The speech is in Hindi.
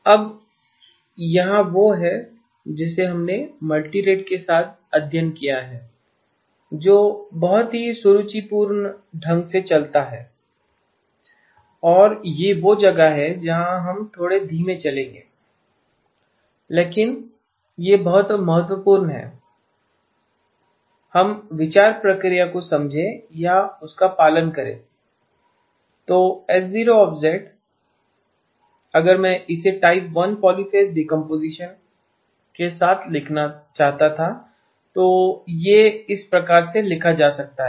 अब यहाँ वह है जिसे हमने मल्टीरेट के साथ अध्ययन किया है जो बहुत ही सुरुचिपूर्ण ढंग से चलता है और यह वह जगह है जहाँ हम थोड़े धीमे चलेंगे लेकिन यह बहुत महत्वपूर्ण है कि हम विचार प्रक्रिया को समझें या उसका पालन करें तो H0 अगर मैं इसे टाइप 1 पॉलीफ़ेज़ डिकम्पोज़ीशन के साथ लिखना था तो यह इस प्रकार लिखा जा सकता है